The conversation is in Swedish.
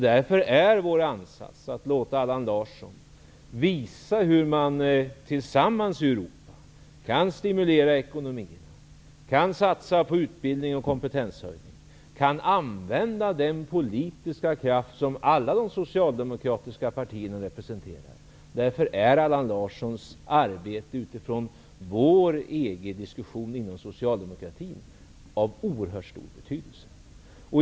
Därför är vår ansats att låta Allan Larsson visa hur man tillsammans i Europa kan stimulera ekonomin, kan satsa på utbildning och kompetenshöjning, kan använda den politiska kraft som alla de socialdemokratiska partierna representerar. Därför är Allan Larssons arbete utifrån vår EG-diskussion inom socialdemokratin av oerhört stor betydelse.